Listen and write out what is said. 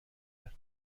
کرد